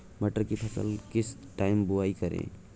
मटर की फसल का किस टाइम बुवाई करें?